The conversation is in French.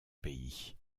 pays